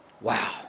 Wow